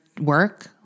work